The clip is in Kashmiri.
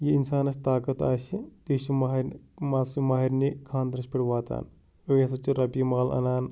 یہِ اِنسانَس طاقت آسہِ تہِ چھِ ماہرنہِ مان ژٕ ماہرنہِ خانٛدرَس پٮ۪ٹھ واتان أڑۍ ہَسا چھِ رۄپیہِ مال اَنان